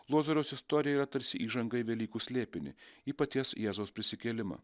lozoriaus istorija yra tarsi įžanga į velykų slėpinį į paties jėzaus prisikėlimą